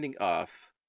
off